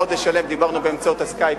חודש שלם דיברנו באמצעות ה"סקייפ",